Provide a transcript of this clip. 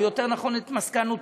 או יותר נכון את מסקנותיו,